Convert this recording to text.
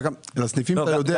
לסניפים אתה יודע,